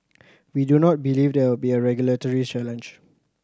we do not believe there will be a regulatory challenge